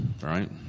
right